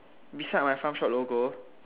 beside my farm shop logo